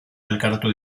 elkartu